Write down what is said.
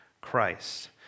Christ